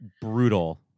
brutal